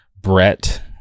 brett